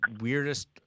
weirdest